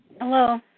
Hello